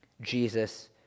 Jesus